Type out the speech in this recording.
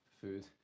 food